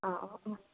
অ' অ' অ'